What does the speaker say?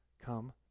Come